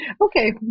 Okay